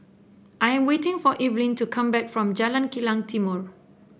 I am waiting for Evelyne to come back from Jalan Kilang Timor